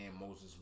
Moses